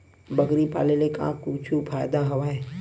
बकरी पाले ले का कुछु फ़ायदा हवय?